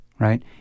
Right